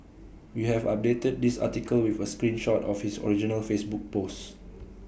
we have updated this article with A screen shot of his original Facebook post